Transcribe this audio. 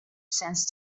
sense